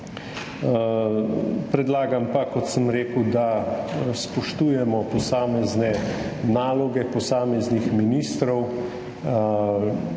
predlagam pa, kot sem rekel, da spoštujemo posamezne naloge posameznih ministrov,